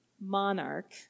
monarch